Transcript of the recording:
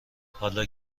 حالا